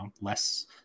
less